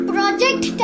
Project